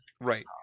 Right